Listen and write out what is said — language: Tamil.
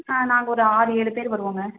ஆ நாங்கள் ஒரு ஆறு ஏழு பேர் வருவோங்க